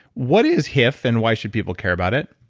what is hif and why should people care about it?